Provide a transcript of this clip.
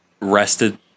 rested